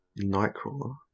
Nightcrawler